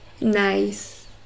nice